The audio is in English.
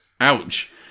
Ouch